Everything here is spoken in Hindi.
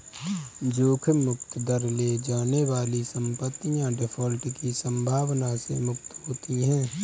जोखिम मुक्त दर ले जाने वाली संपत्तियाँ डिफ़ॉल्ट की संभावना से मुक्त होती हैं